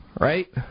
Right